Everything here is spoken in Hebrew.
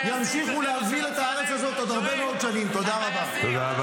יאללה, אתה פחות מסורתי